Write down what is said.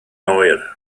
oer